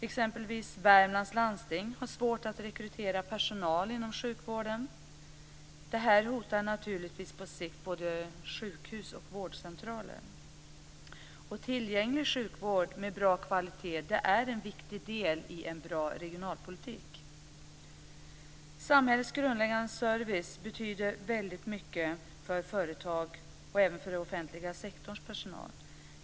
Exempelvis Värmlands landsting har svårt att rekrytera personal inom sjukvården. Det här hotar naturligtvis på sikt både sjukhus och vårdcentraler. Tillgänglig sjukvård av en bra kvalitet är en viktig del i en bra regionalpolitik. Samhällets grundläggande service betyder väldigt mycket för företag och även för den offentliga sektorns personal.